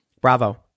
Bravo